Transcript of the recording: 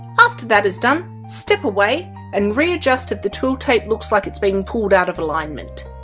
after that is done, step away and readjust if the twill tape looks like it's being pulled out of alignment.